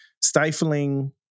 stifling